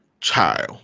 child